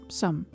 som